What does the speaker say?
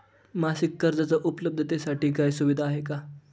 मासिक कर्जाच्या उपलब्धतेसाठी काही सुविधा आहे का?